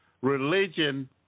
Religion